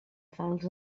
falç